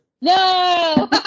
No